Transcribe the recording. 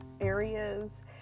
areas